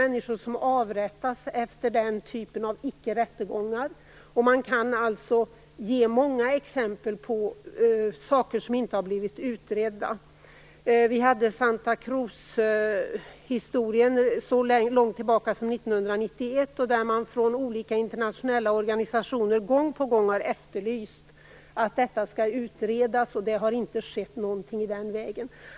Människor avrättas efter den typen av ickerättegångar. Det finns alltså många exempel på att saker inte blivit utredda. Så långt tillbaka som 1991 har vi Santa Cruzhistorien. Från olika internationella organisationer har man gång på gång efterlyst en utredning av detta, men ingenting i den vägen har skett.